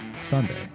Sunday